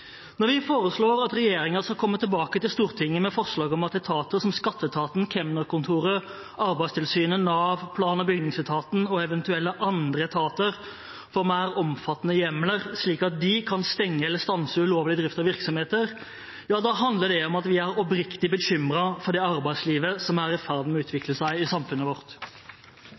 Når vi foreslår at regjeringen skal komme tilbake til Stortinget med forslag om at etater som skatteetaten, kemnerkontor, Arbeidstilsynet, Nav, plan- og bygningsetaten og eventuelle andre etater får mer omfattende hjemler, slik at de kan stenge eller stanse ulovlig drift av virksomheter, handler det om at vi er oppriktig bekymret for det arbeidslivet som er i ferd med å utvikle seg i samfunnet vårt.